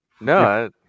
no